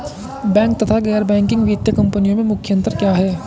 Bank तथा गैर banking वित्तीय कंपनियों में मुख्य अंतर क्या है?